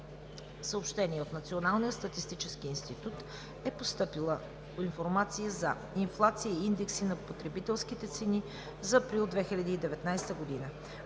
събрание. От Националния статистически институт е постъпила информация за инфлация и индекси на потребителските цени за месец април 2019 г.;